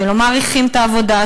שלא מעריכים את העבודה,